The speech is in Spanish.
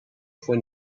fue